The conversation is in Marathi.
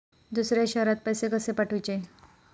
दुसऱ्या शहरात पैसे कसे पाठवूचे?